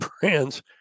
brands